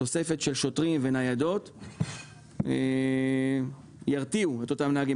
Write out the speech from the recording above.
תוספת של שוטרים וניידות ירתיעו את אותם נהגים.